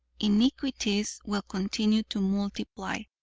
iniquities will continue to multiply.